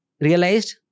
realized